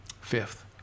Fifth